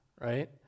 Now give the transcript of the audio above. right